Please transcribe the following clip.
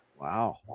Wow